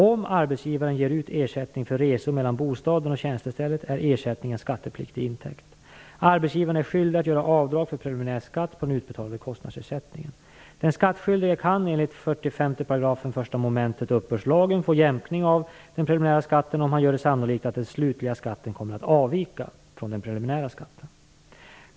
Om arbetsgivaren ger ut ersättning för resor mellan bostaden och tjänstestället är ersättningen skattepliktig intäkt. Arbetsgivaren är skyldig att göra avdrag för preliminär skatt på den utbetalade kostnadsersättningen. Den skattskyldige kan enligt 45 § 1 mom. uppbördslagen få jämkning av den preliminära skatten om han gör det sannolikt att den slutliga skatten kommer att avvika från den preliminära skatten.